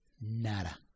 Nada